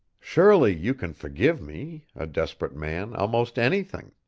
surely you can forgive me, a desperate man, almost anything?